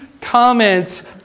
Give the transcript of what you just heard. comments